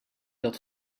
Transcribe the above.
dat